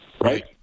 Right